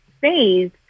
phase